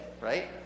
Right